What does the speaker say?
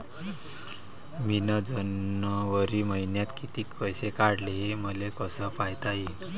मिन जनवरी मईन्यात कितीक पैसे काढले, हे मले कस पायता येईन?